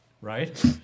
Right